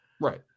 Right